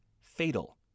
fatal